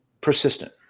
persistent